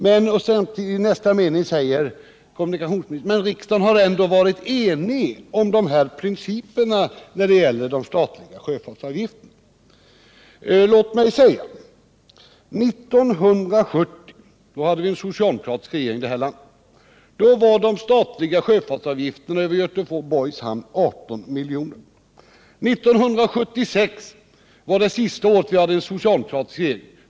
Men i nästa mening säger kommunikationsministern: Riksdagen har ändock varit enig om principerna beträffande de statliga sjöfartsavgifterna. Låt mig på detta svara följande. 1970 hade vi en socialdemokratisk regering i detta land. Då var de statliga sjöfartsavgifterna över Göteborgs hamn 18 milj.kr. 1976 var det sista året som vi hade en socialdemokratisk regering.